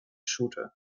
shooter